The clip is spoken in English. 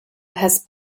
has